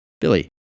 Billy